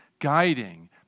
guiding